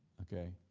okay?